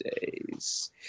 days